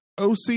OC